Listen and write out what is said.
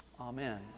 Amen